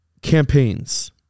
campaigns